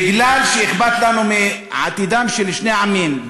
מכיוון שאכפת לנו מעתידם של שני העמים,